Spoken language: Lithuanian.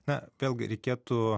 na vėlgi reikėtų